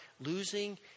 losing